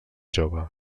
jove